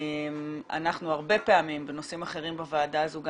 אנחנו הרבה פעמים בנושאים אחרים בוועדה הזו גם